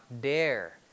dare